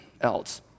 else